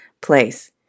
place